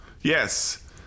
Yes